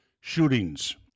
shootings